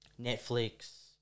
Netflix